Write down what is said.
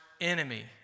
enemy